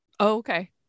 Okay